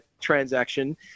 transaction